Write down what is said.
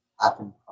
happen